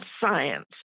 science